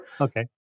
Okay